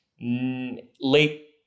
late